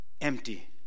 empty